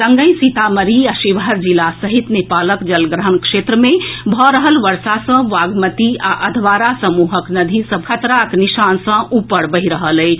संगहि सीतामढ़ी आ शिवहर जिला सहित नेपालक जलग्रहण क्षेत्र मे भऽ रहल वर्षा सँ बागमती आ अधवारा समूहक नदी सभ खतराक निशान सँ ऊपर बहि रहल अछि